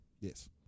Yes